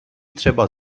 třeba